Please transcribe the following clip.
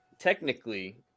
technically